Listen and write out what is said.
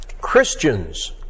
Christians